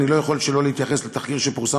אני לא יכול שלא להתייחס לתחקיר שפורסם